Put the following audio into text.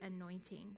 anointing